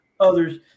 Others